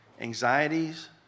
anxieties